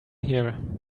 here